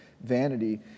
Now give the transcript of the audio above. vanity